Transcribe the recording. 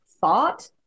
thought